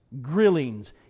grillings